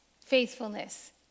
faithfulness